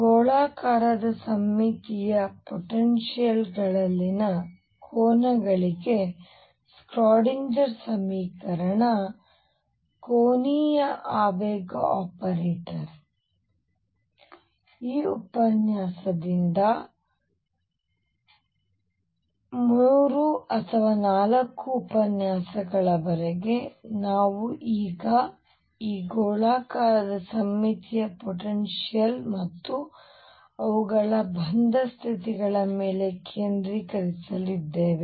ಗೋಳಾಕಾರದ ಸಮ್ಮಿತೀಯ ಪೊಟೆನ್ಷಿಯಲ್ ಗಳಲ್ಲಿನ ಕೋನಗಳಿಗೆ ಸ್ಕ್ರಾಡಿನ್ಜರ್Schrödinger ಸಮೀಕರಣ ಕೋನೀಯ ಆವೇಗ ಆಪರೇಟರ್ ಈ ಉಪನ್ಯಾಸದಿಂದ 3 ಅಥವಾ 4 ಉಪನ್ಯಾಸಗಳವರೆಗೆ ನಾವು ಈಗ ಈ ಗೋಳಾಕಾರದ ಸಮ್ಮಿತೀಯ ಪೊಟೆನ್ಷಿಯಲ್ ಮತ್ತು ಅವುಗಳ ಬಂಧ ಸ್ಥಿತಿಗಳ ಮೇಲೆ ಕೇಂದ್ರೀಕರಿಸಲಿದ್ದೇವೆ